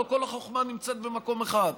לא כל החוכמה נמצאת במקום אחד,